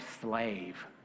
slave